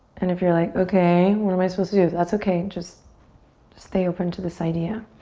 and if you're like, okay what am i supposed to do? that's okay, just just stay open to this idea.